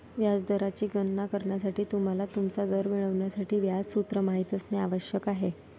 व्याज दराची गणना करण्यासाठी, तुम्हाला तुमचा दर मिळवण्यासाठी व्याज सूत्र माहित असणे आवश्यक आहे